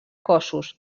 cossos